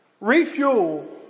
Refuel